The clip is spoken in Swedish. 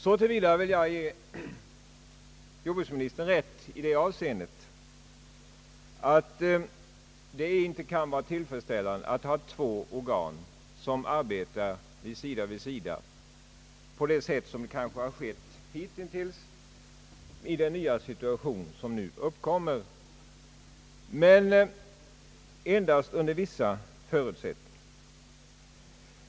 Så till vida vill jag ge jordbruksministern rätt, att det i den nya situation som uppkommer inte kan vara tillfredsställande att ha två organ som arbetar sida vid sida på det sätt som skett hitintills, men endast under vissa förutsättningar.